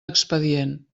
expedient